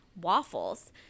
waffles